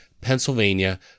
Pennsylvania